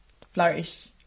Flourish